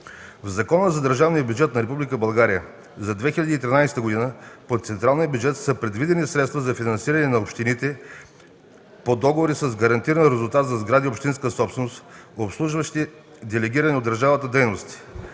В Закона за държавния бюджет на Република България за 2013 г. по централния бюджет са предвидени средства за финансиране на общините по договори с гарантиран резултат за сгради – общинска собственост, обслужващи делегирани от държавата дейности.